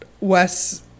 Wes